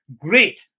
Great